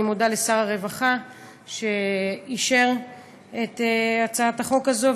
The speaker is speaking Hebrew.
אני מודה לשר הרווחה שאישר את הצעת החוק הזו,